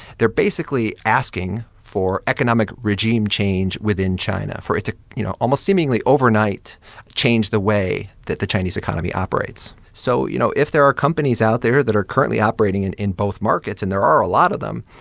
they're basically asking for economic regime change within china for it to, you know, almost seemingly overnight change the way that the chinese economy operates so, you know, if there are companies out there that are currently operating in in both markets, and there are a lot of them,